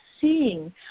seeing